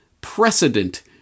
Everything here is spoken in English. precedent